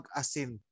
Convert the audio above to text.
asin